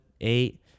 Eight